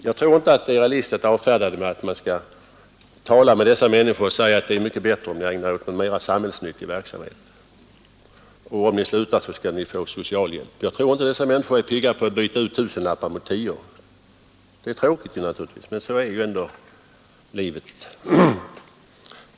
Jag tror inte det är realistiskt att avfärda frågan med att säga att man skall tala om för dessa människor att ”det är mycket bättre att ni ägnar er åt en mera samhällsnyttig verksamhet; om ni slutar skall ni få socialhjälp ”. Jag tror inte att dessa människor är pigga på att byta ut tusenlappar mot tior. Det är naturligtvis tråkigt, men sådant är ju ändå livet.